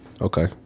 Okay